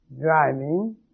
driving